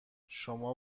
شما